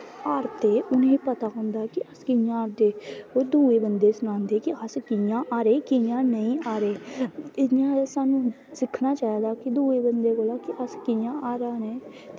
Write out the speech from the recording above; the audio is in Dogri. हारदे उ'नें पता होंदा कि अस कि'यां हारगे ओह् दूए बंदे गी सनांदे कि अस कि'यां हारे कि'यां नेईं हारे इ'यां गै साह्नूं सिक्खना चाहिदा दुऐ बंदे कोला दा कि अस कि'यां हारा ने